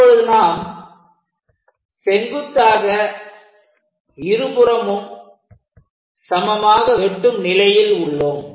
இப்பொழுது நாம் செங்குத்தாக இருபுறமும் சமமாக வெட்டும் நிலையில் உள்ளோம்